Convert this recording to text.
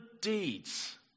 deeds